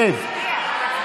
שב.